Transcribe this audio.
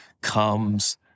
comes